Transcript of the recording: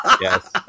Yes